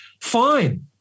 fine